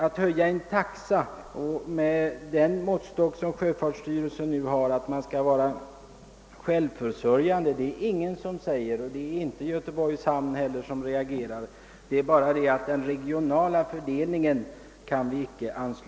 Att höja en taxa med utgångspunkt från = sjöfartsstyrelsens princip att man skall vara självförsörjande reagerar ingen emot, inte heller Göteborgs hamn. Det är bara det att vi inte kan acceptera den regionala fördelningen. Herr talman!